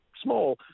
small